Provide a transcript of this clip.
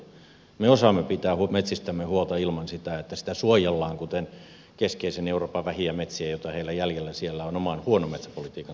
me osaamme pitää metsistämme huolta ilman sitä että sitä suojellaan kuten keskeisen euroopan vähiä metsiä joita heillä on jäljellä siellä oman huonon metsäpolitiikan takia